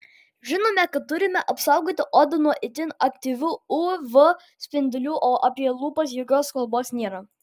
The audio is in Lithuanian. žinome kad turime apsaugoti odą nuo itin aktyvių uv spindulių o apie lūpas jokios kalbos nėra